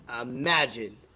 imagine